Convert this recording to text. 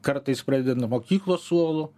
kartais pradedant nuo mokyklos suolo